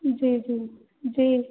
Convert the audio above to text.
جی جی جی